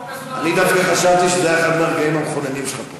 אני דווקא חשבתי שזה היה אחד מהרגעים המכוננים שלך פה.